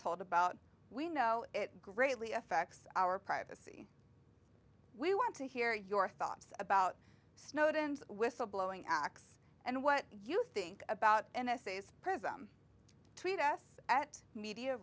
told about we know it greatly affects our privacy we want to hear your thoughts about snowden's whistle blowing acts and what you think about n s a s prism tweet us at media